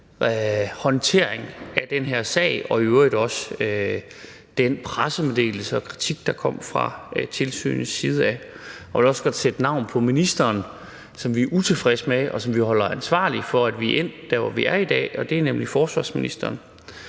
håndtering af den her sag og i øvrigt også den pressemeddelelse og kritik, der kom fra tilsynets side, og jeg vil også godt sætte navn på ministeren, som vi er utilfredse med, og som vi jo holder ansvarlig for at vi er endt der, hvor vi er endt i dag, nemlig forsvarsministeren.